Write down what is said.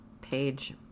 page